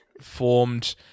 formed